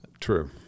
True